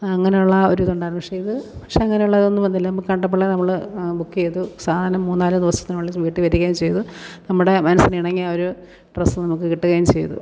അങ്ങനെയുള്ള ആ ഒരു ഇതുണ്ടായിരുന്നു പക്ഷേ ഇത് പക്ഷേ അങ്ങനെയുള്ളതൊന്നും വന്നില്ല നമുക്ക് കണ്ടപ്പോളേ നമ്മൾ ബുക്ക് ചെയ്തു സാധനം മൂന്നാലു ദിവസത്തിനുള്ളിൽ വീട്ടിൽ വരികയും ചെയ്തു നമ്മുടെ മനസ്സിനിണങ്ങിയ ഒരു ഡ്രസ്സ് നമുക്ക് കിട്ടുകയും ചെയ്തു